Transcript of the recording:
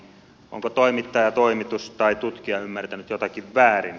onko toimittaja toimitus tai tutkija ymmärtänyt jotakin väärin